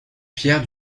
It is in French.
pierre